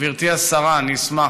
גברתי השרה, אני אשמח.